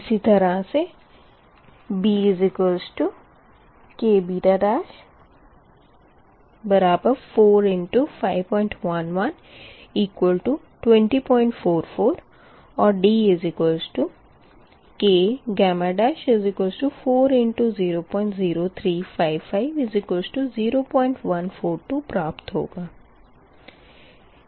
इसी तरह से bk4×5112044 और dk4×003550142 प्राप्त होगा